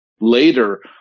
later